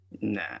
Nah